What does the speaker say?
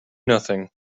nothing